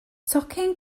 tocyn